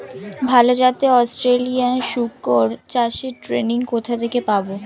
ভালো জাতে অস্ট্রেলিয়ান শুকর চাষের ট্রেনিং কোথা থেকে পাব?